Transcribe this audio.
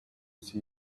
see